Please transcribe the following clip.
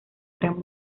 gran